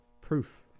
proof